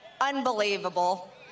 Unbelievable